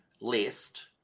list